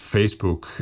Facebook